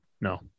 No